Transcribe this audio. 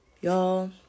Y'all